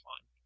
fine